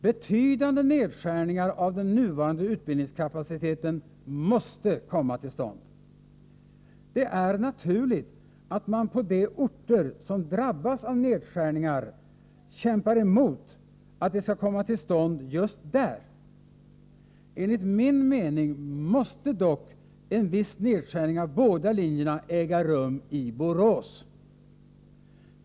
Betydande nedskärningar av den nuvarande utbildningskapaciteten måste komma till stånd. Det är naturligt att man på de orter som drabbas av nedskärningar kämpar emot att de skall komma till stånd just där. Enligt min mening måste dock en viss nedskärning av båda linjerna äga rum i Borås.